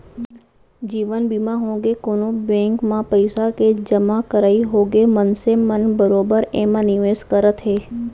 जीवन बीमा होगे, कोनो बेंक म पइसा के जमा करई होगे मनसे मन बरोबर एमा निवेस करत हे